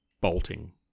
bolting